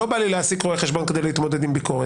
לא בא לי להעסיק רואה חשבון כדי להתמודד עם ביקורת.